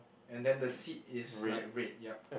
and then the seat is like red yup